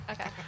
Okay